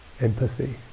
empathy